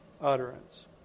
utterance